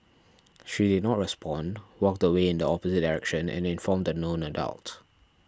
she did not respond walked away in the opposite direction and informed a known adult